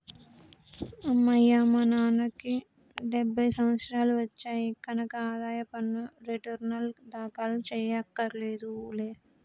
అమ్మయ్యా మా నాన్నకి డెబ్భై సంవత్సరాలు వచ్చాయి కనక ఆదాయ పన్ను రేటర్నులు దాఖలు చెయ్యక్కర్లేదులే